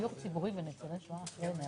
נציג שירות בתי הסוהר, בבקשה,